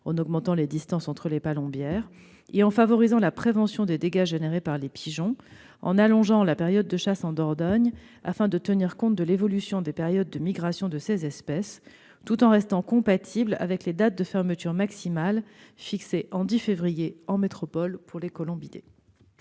en augmentant les distances entre les palombières, et de favoriser la prévention des dégâts occasionnés par les pigeons en allongeant la période de chasse en Dordogne, afin de tenir compte de l'évolution des périodes de migration de ces espèces dans le respect de la date de fermeture maximale, fixée au 10 février en métropole pour les colombidés.